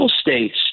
states